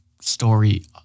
story